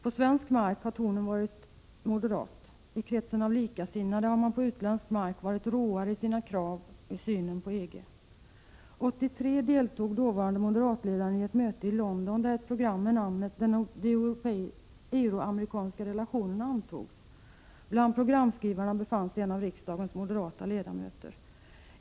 På svensk mark har tonen varit moderat. I kretsen av likasinnade har man på utländsk mark varit råare i sina krav och i synen på EG. År 1983 deltog dåvarande moderatledaren i ett möte i London, där ett program med namnet ”De euro-amerikanska relationerna” antogs. Bland programskrivarna befann sig en av riksdagens moderata ledamöter.